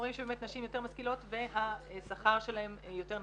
רואים שבאמת נשים יותר משכילות והשכר שלהן יותר נמוך.